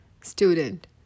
student